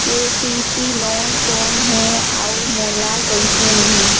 KCC loan कौन हे अउ मोला कइसे मिलही?